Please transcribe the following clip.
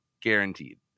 guaranteed